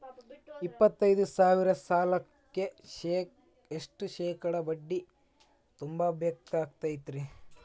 ಎಪ್ಪತ್ತೈದು ಸಾವಿರ ಸಾಲಕ್ಕ ಎಷ್ಟ ಶೇಕಡಾ ಬಡ್ಡಿ ತುಂಬ ಬೇಕಾಕ್ತೈತ್ರಿ?